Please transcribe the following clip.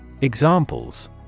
Examples